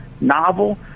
novel